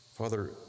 Father